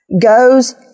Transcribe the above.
goes